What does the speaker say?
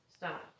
stop